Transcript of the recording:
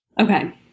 Okay